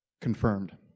Confirmed